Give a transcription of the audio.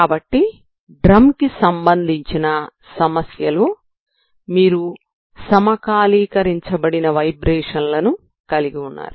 కాబట్టి డ్రమ్ కి సంబంధించిన సమస్యలో మీరు సమకాలీకరించబడిన వైబ్రేషన్లను కలిగి ఉన్నారు